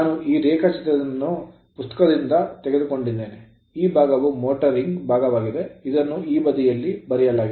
ನಾನು ಈ ರೇಖಾಚಿತ್ರವನ್ನು ಪುಸ್ತಕದಿಂದ ತೆಗೆದುಕೊಂಡಿದ್ದೇನೆ ಈ ಭಾಗವು mototring ಮೋಟಾರಿಂಗ್ ಭಾಗವಾಗಿದೆ ಇದನ್ನು ಈ ಬದಿಯಲ್ಲಿ ಬರೆಯಲಾಗಿದೆ